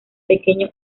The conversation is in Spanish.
pequeño